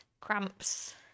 cramps